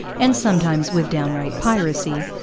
and sometimes with downright piracy,